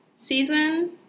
season